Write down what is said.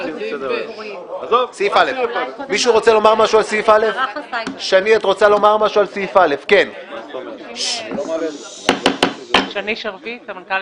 סעיף 6 ואחרון לסדר-היום: